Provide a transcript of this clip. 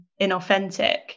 inauthentic